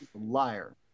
Liar